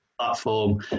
platform